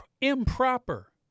improper